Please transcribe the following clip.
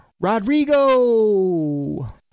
Rodrigo